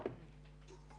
הישיבה נעולה.